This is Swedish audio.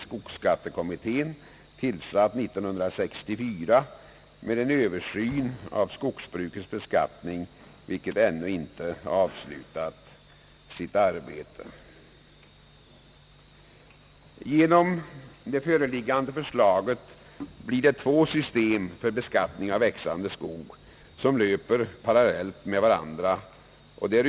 Skogsskattekommittén, tillsatt år 1964, arbetar med en översyn av skogsbrukets beskattning och har ännu inte avslutat sitt arbete. Genom det föreliggande förslaget blir det för beskattning av växande skog två system, som löper parallellt med varandra.